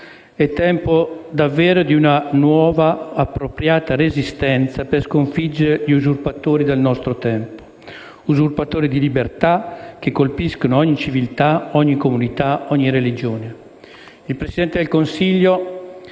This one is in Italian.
È tempo davvero di una nuova e appropriata resistenza per sconfiggere gli usurpatori del nostro tempo: gli usurpatori di libertà, che colpiscono ogni civiltà, ogni comunità e ogni religione. Il Presidente del Consiglio